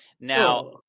Now